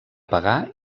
pagà